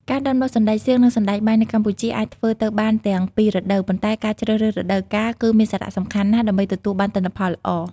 ការដាំដុះសណ្តែកសៀង និងសណ្តែកបាយនៅកម្ពុជាអាចធ្វើទៅបានទាំងពីររដូវ ប៉ុន្តែការជ្រើសរើសរដូវកាលគឺមានសារៈសំខាន់ណាស់ដើម្បីទទួលបានទិន្នផលល្អ។